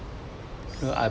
you know I